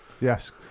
Yes